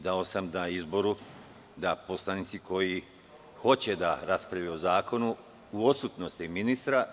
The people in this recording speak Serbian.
Dao sam predlog da govore poslanici koji hoće da raspravljaju o zakonu u odsutnosti ministra.